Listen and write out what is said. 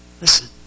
listen